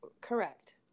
Correct